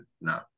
no